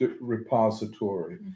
repository